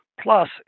plus